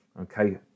okay